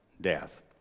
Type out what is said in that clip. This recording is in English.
death